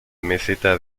meseta